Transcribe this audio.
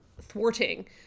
thwarting